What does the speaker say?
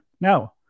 No